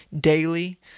daily